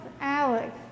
Alex